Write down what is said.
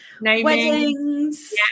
weddings